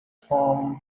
from